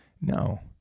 No